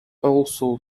also